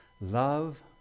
love